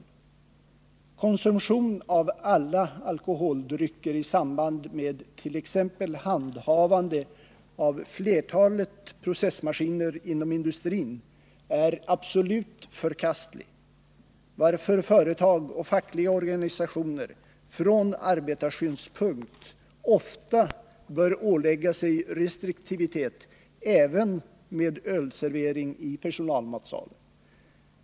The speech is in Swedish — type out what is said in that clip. All konsumtion av alkoholdrycker i samband med t.ex. handhavande av flertalet processmaskiner inom industrin är absolut förkastlig, varför företag och fackliga organisationer från arbetarskyddssynpunkt ofta bör ålägga sig restriktivitet även med ölservering i personalmatsalen.